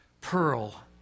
pearl